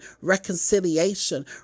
Reconciliation